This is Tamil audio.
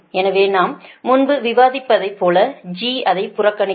எனவே நாம் முன்பு விவாதிப்பதை போல G அதை புறக்கணிக்கும்